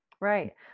Right